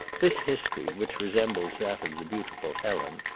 this history, which resembles that of the beautiful helen,